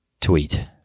tweet